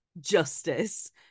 justice